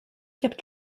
kept